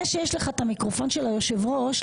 זה שיש לך את המיקרופון של היושב ראש,